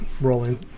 rolling